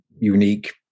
unique